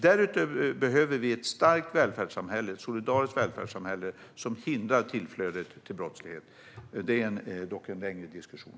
Därutöver behöver vi ett starkt och solidariskt välfärdssamhälle som hindrar tillflödet till brottslighet. Det är dock en längre diskussion.